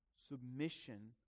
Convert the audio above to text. Submission